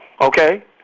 okay